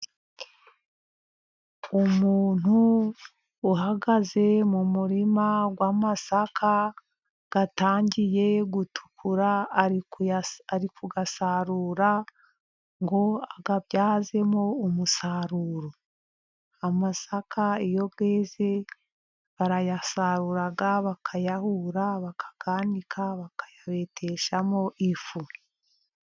Umuntu uhagaze mu murima wa masaka atangiye gutukura ari kuyasarura ngo ayabyazemo umusaruro. Amasaka iyo yeze barayasarura, bakayahura, bakayanika, bakayabeteshamo ifu.